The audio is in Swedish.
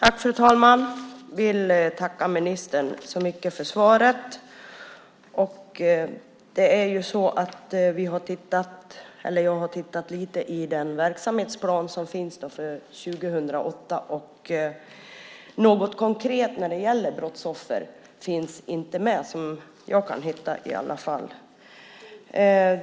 Fru talman! Jag tackar ministern för svaret. Jag har tittat lite i den verksamhetsplan som finns för 2008. Något konkret när det gäller brottsoffer finns inte med såvitt jag kan se.